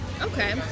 okay